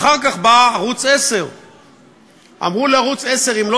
אחר כך בא ערוץ 10. אמרו לערוץ 10: אם לא